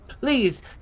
please